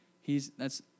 He's—that's